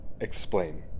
Explain